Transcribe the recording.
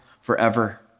forever